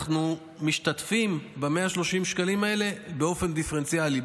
אנחנו משתתפים ב-130 שקלים האלה באופן דיפרנציאלי,